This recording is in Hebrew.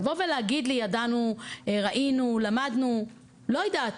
לבוא ולהגיד לי, ידענו, ראינו, למדנו, לא יודעת.